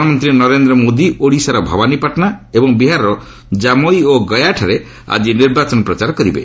ପ୍ରଧାନମନ୍ତ୍ରୀ ନରେନ୍ଦ୍ର ମୋଦି ଓଡ଼ିଶାର ଭବାନୀପାଟଣା ଏବଂ ବିହାରର ଜାମୋଇ ଓ ଗୟାଠାରେ ଆଳି ନିର୍ବାଚନ ପ୍ରଚାର କରିବେ